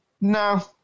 No